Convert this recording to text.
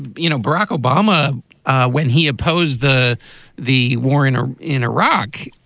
you know, barack obama when he opposed the the war in or in iraq,